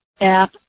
app